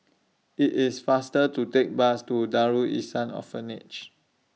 IT IS faster to Take The Bus to Darul Ihsan Orphanage